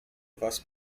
was